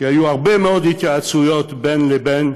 כי היו הרבה מאוד התייעצויות בין לבין,